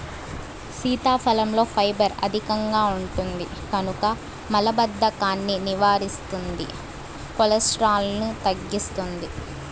సీతాఫలంలో ఫైబర్ అధికంగా ఉంటుంది కనుక మలబద్ధకాన్ని నివారిస్తుంది, కొలెస్ట్రాల్ను తగ్గిస్తుంది